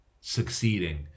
succeeding